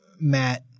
Matt